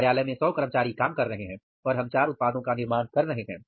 कार्यालय में 100 कर्मचारी काम कर रहे हैं और हम 4 उत्पादों का निर्माण कर रहे हैं